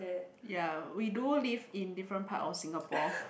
ya we do live in different part of Singapore